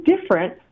different